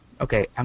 Okay